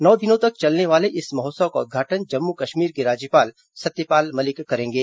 नौ दिनों तक चलने वाले इस महोत्सव का उद्घाटन जम्मू कश्मीर के राज्यपाल सत्यपाल मलिक करेंगे